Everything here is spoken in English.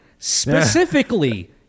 specifically